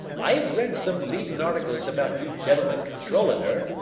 i've read some leadin' articles about you gentlemen controllin' her,